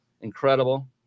incredible